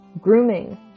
Grooming